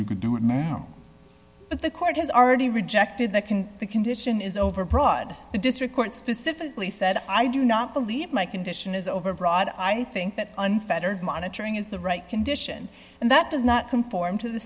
you could do it but the court has already rejected the can the condition is over proj the district court specifically said i do not believe my condition is overbroad i think that unfettered monitoring is the right condition and that does not conform to